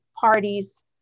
parties